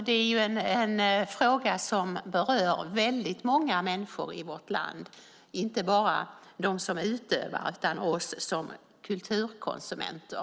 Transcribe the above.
Det är alltså en fråga som berör många i vårt land, inte bara dem som utövar utan även oss kulturkonsumenter.